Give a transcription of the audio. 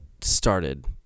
started